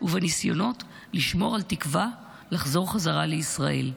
ובניסיונות לשמור על תקווה לחזור חזרה לישראל,